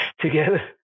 Together